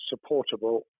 supportable